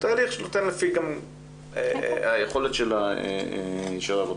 שנותן לפי היכולת של האישה לעבוד.